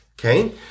Okay